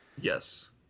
yes